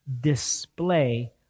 display